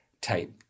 type